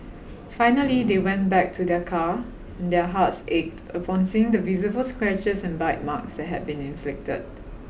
finally they went back to their car and their hearts ached upon seeing the visible scratches and bite marks that had been inflicted